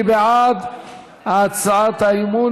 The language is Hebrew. מי בעד הצעת האי-אמון?